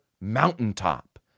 mountaintop